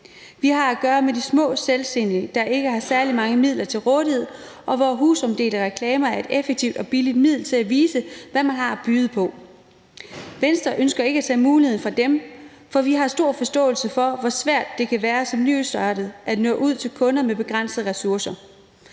Vi har at gøre med de små selvstændige, der ikke har særlig mange midler til rådighed, og hvor husstandsomdelte reklamer er et effektivt og billigt middel til at vise, hvad man har at byde på. Venstre ønsker ikke at tage muligheden fra dem, for vi har stor forståelse for, hvor svært det kan være som nystartet med begrænsede ressourcer